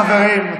חברים.